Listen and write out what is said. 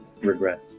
regret